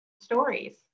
stories